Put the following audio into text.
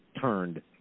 turned